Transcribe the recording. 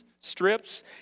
strips